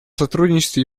сотрудничестве